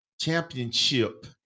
Championship